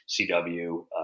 CW